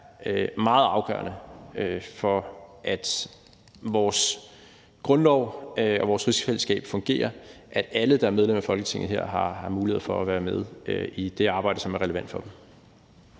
meget afgørende for, at vores grundlov og vores rigsfællesskab fungerer, at alle, der er medlem af Folketinget, har mulighed for at være med i det arbejde, som er relevant for dem.